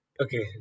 Okay